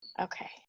Okay